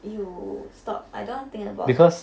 !eww! stop I don't want to think about it